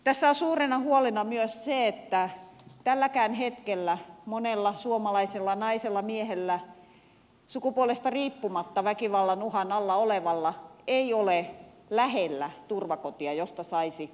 tässä on suurena huolena myös se että tälläkään hetkellä monella suomalaisella naisella miehellä sukupuolesta riippumatta väkivallan uhan alla olevalla ei ole lähellä turvakotia josta saisi akuuttitilanteessa palvelua